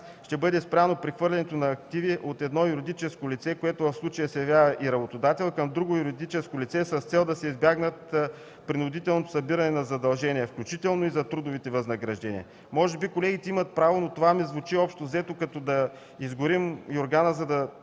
ще бъде спряно прехвърлянето на активи от едно юридическо лице, което в случая се явява и работодател, към друго юридическо лице с цел да се избегне принудителното събиране на задължения, включително и за трудовите възнаграждения. Може би колегите имат право, но това ми звучи, общо взето, като да изгорим юргана, за да